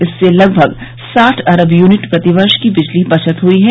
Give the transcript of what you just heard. इससे लगभग साठ अरब यूनिट प्रतिवर्ष की बिजली बचत हुई है